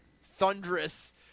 thunderous